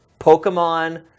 Pokemon